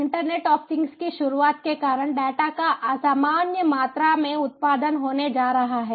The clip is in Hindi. इंटरनेट ऑफ थिंग्स की शुरुआत के कारण डेटा का असामान्य मात्रा में उत्पादन होने जा रहा है